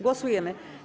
Głosujemy.